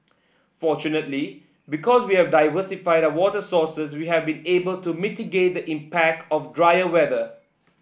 fortunately because we have diversified our water sources we have been able to mitigate the impact of drier weather